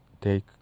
take